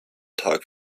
tag